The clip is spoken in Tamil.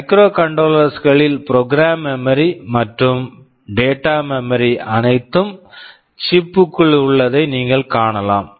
மைக்ரோகண்ட்ரோலர் microcontroller களில் புரோக்ராம் மெமரி program memory மற்றும் டேட்டா மெமரி data memory அனைத்தும் சிப் chip புக்குள் உள்ளதை நீங்கள் காணலாம்